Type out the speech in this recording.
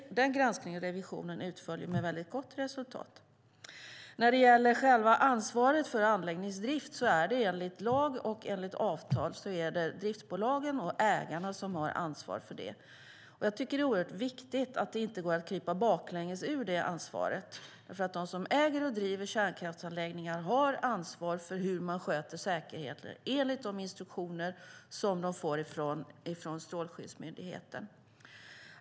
Den granskningen och revisionen utföll med väldigt gott resultat. När det gäller själva ansvaret för anläggningsdrift är det enligt lag och enligt avtal driftbolagen och ägarna som har detta ansvar. Jag tycker att det är oerhört viktigt att det inte går att krypa baklänges ur det ansvaret. Det är de som äger och driver kärnkraftsanläggningar som har ansvar för hur man sköter säkerheten enligt de instruktioner som de får från Strålsäkerhetsmyndigheten.